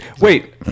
Wait